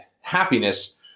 happiness